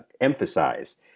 emphasize